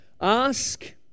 Ask